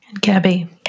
Gabby